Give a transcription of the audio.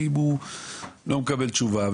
ואם הוא לא מקבל תשובה,